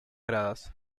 gradas